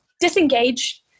disengage